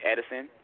Edison